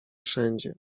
wszędzie